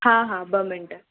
हा हा ॿ मिंट